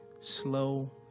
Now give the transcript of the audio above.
slow